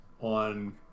on